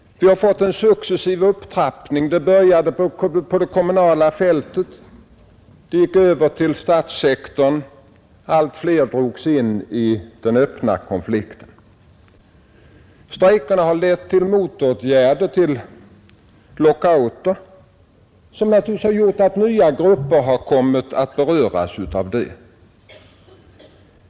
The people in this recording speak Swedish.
Vi har fått en successiv upptrappning. Det började på det kommunala fältet, det gick över till statssektorn, allt fler drogs in i den öppna konflikten. Strejkerna har lett till motåtgärder i form av lockouter, som naturligtvis har gjort att nya grupper har kommit att beröras.